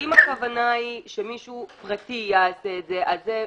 אם הכוונה היא שמישהו פרטי יעשה את זה,